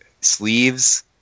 Sleeves